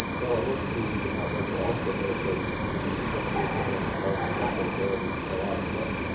well, emergency departments are also the place where we see social determinants of health and health care disparities play out every day.